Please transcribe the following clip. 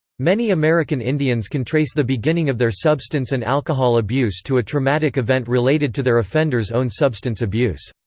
many american indians can trace the beginning of their substance and alcohol abuse to a traumatic event related to their offender's own substance abuse.